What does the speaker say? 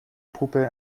puppe